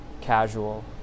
casual